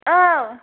औ